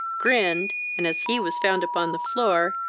grinned, and, as he was found upon the floor,